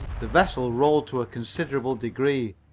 the vessel rolled to a considerable degree,